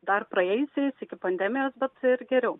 dar praėjusiais iki pandemijos bet ir geriau